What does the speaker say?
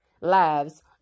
lives